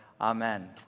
Amen